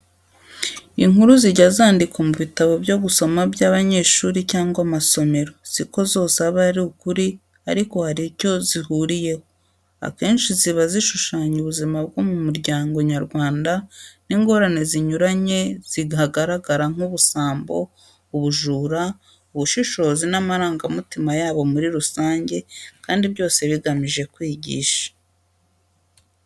Inkuru zijya zandikwa mu bitabo byo gusoma by'amashuri cyangwa amasomero, si ko zose aba ari ukuri ariko hari icyo zihuriyeho, akenshi ziba zishushanya ubuzima bwo mu muryango nyarwanda n'ingorane zinyuranye zihagaragara nk'ubusambo, ubujura, ubushishozi n'amarangamutima yabo muri rusange, kandi byose bigamije kwigisha.